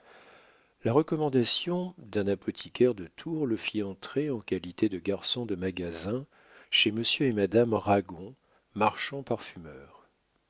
la recommandation d'un apothicaire de tours le fit entrer en qualité de garçon de magasin chez monsieur et madame ragon marchands parfumeurs